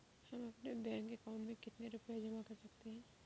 हम अपने bank account में कितने रुपये जमा कर सकते हैं?